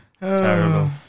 Terrible